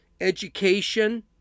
education